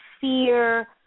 fear